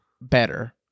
better